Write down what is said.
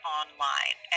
online